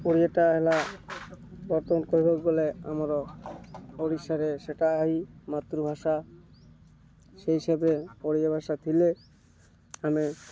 ଓଡ଼ିଆଟା ହେଲା ବର୍ତ୍ତମାନ କହିବାକୁ ଗଲେ ଆମର ଓଡ଼ିଶାରେ ସେଇଟା ହିଁ ମାତୃଭାଷା ସେହି ହିସାବରେ ଓଡ଼ିଆ ଭାଷା ଥିଲେ ଆମେ